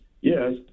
Yes